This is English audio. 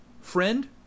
Friend